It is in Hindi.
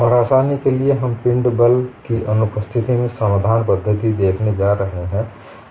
और आसानी के लिए हम पिंड बल की अनुपस्थिति में समाधान पद्धति देखने जा रहे हैं